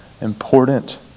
important